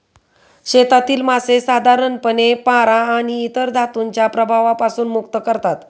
शेतातील मासे साधारणपणे पारा आणि इतर धातूंच्या प्रभावापासून मुक्त असतात